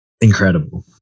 incredible